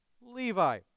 Levi